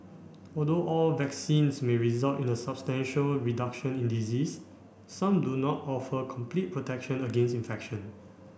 although all vaccines may result in a substantial reduction in disease some do not offer complete protection against infection